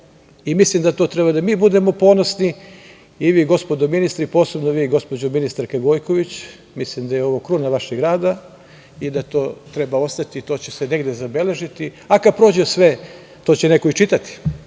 i mislim da na to treba da budemo ponosni i vi, gospodo ministri, posebno vi, gospođo ministarka Gojković. Mislim da je ovo kruna vašeg rada i da to treba ostati. To će se negde zabeležiti. Kada prođe sve, to će neko i čitati,